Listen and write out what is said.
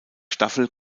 staffel